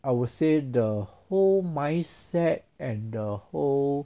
I would say the whole mindset and the whole